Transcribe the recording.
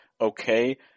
okay